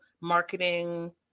marketing